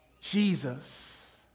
Jesus